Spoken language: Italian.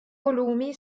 volumi